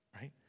Right